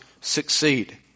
succeed